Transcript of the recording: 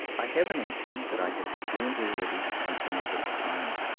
i have an inkling that i have dis cerned already something of this kind,